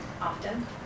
often